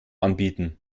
anbieten